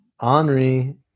Henry